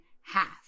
half